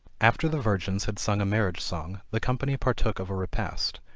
after the virgins had sung a marriage song, the company partook of a repast,